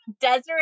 Desiree